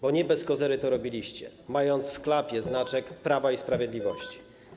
Bo nie bez kozery to robiliście, mając w klapie znaczek Prawa i Sprawiedliwości.